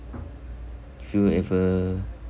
have you ever